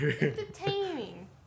Entertaining